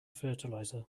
fertilizer